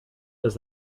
does